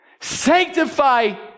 sanctify